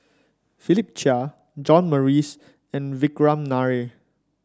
Philip Chia John Morrice and Vikram Nair